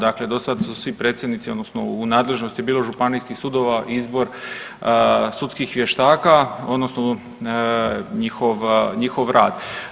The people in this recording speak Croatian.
Dakle, do sada su svi predsjednici odnosno u nadležnosti je bio županijskih sudova izbor sudskih vještaka odnosno njihov rad.